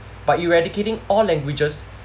by eradicating all languages